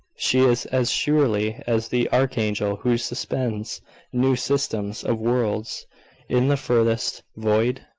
she is as surely as the archangel who suspends new systems of worlds in the furthest void?